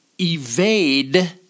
evade